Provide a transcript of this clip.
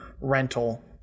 rental